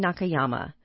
Nakayama